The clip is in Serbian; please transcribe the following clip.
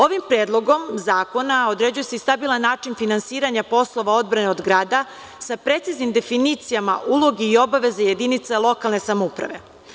Ovim predlogom zakona se određuje i stabilan način finansiranja poslova odbrane od grada, sa preciznim definicijama, uloge i obaveze jedinica lokalne samouprave.